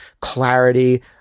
clarity